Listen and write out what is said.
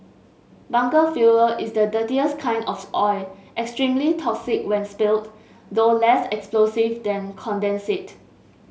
bunker fuel is the dirtiest kind of oil extremely toxic when spilled though less explosive than condensate